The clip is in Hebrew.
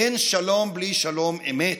אין שלום בלי שלום אמת,